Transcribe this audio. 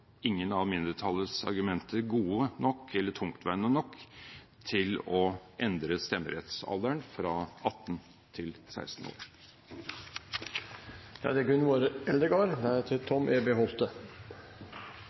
ingen av mindretallets argumenter gode nok eller tungtveiende nok til å endre stemmerettsalderen fra 18 til 16 år. Me i Arbeidarpartiet er